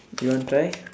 you want try